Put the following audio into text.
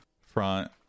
front